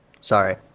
Sorry